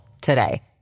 today